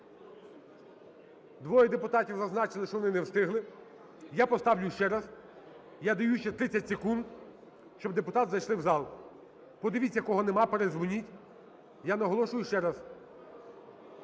двоє депутатів зазначили, що вони не встигли, я поставлю ще раз. Я даю ще 30 секунд, щоб депутати зайшли в зал, подивіться кого нема, передзвоніть. Я наголошую ще раз,